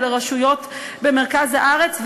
לרשויות במרכז הארץ,